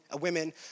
women